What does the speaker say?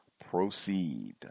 Proceed